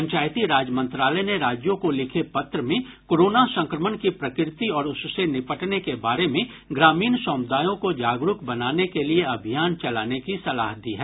पंचायती राज मंत्रालय ने राज्यों को लिखे पत्र में कोरोना संक्रमण की प्रकृति और उससे निपटने के बारे में ग्रामीण समुदायों को जागरूक बनाने के लिए अभियान चलाने की सलाह दी है